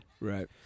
Right